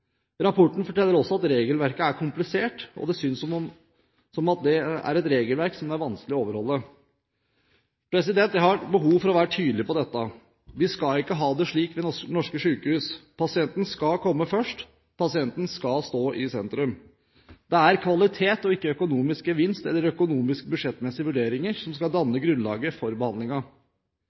Rapporten forteller også at regelverket er komplisert, og det synes som om det er et regelverk det er vanskelig å overholde. Jeg har behov for å være tydelig på dette: Vi skal ikke ha det slik ved norske sykehus. Pasienten skal komme først, pasienten skal stå i sentrum. Det er kvalitet og ikke økonomisk gevinst eller økonomiske, budsjettmessige vurderinger som skal danne grunnlaget for